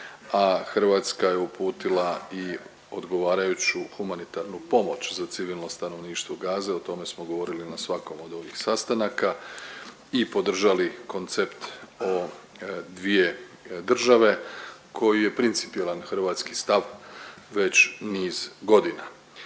a Hrvatska je uputila i odgovarajuću humanitarnu pomoć za civilno stanovništvo Gaze. O tome smo govorili na svakom od ovih sastanaka i podržali koncept o dvije države koji je principijelan hrvatski stav već niz godina.